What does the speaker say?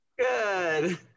Good